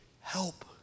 help